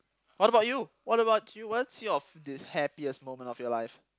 what about you what about you what's your f~ this happiest moment of your life